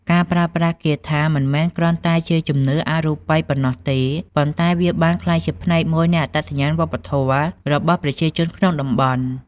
ការប្រើប្រាស់គាថាមិនមែនគ្រាន់តែជាជំនឿអបិយប៉ុណ្ណោះទេ ប៉ុន្តែវាបានក្លាយជាផ្នែកមួយនៃអត្តសញ្ញាណវប្បធម៌របស់ប្រជាជនក្នុងតំបន់។